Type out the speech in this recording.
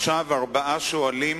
עכשיו ארבעה שואלים.